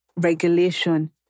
regulation